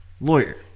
Lawyer